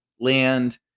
land